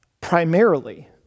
primarily